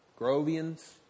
Grovians